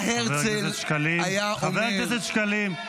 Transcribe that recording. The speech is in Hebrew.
מה הרצל היה אומר, חבר הכנסת שקלים.